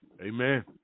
Amen